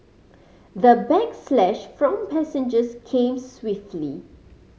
the backlash from passengers came swiftly